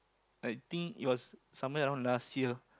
I think it was somewhere around last year